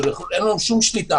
שאין לו שום שליטה